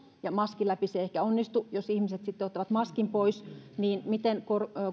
ja maskin läpi se ei ehkä onnistu jos ihmiset ottavat sitten maskin pois niin miten